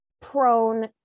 prone